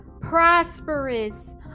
prosperous